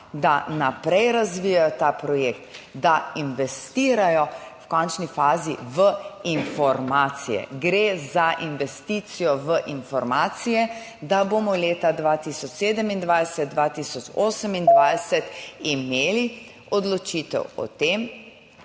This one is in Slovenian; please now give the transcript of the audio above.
da naprej razvijajo ta projekt, da investirajo v končni fazi v informacije. Gre za investicijo v informacije, da bomo leta 2027, 2028 imeli odločitev o tem,